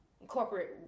incorporate